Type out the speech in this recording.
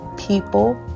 people